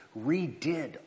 redid